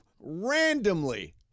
Randomly